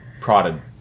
prodded